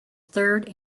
third